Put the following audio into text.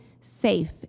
safe